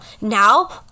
Now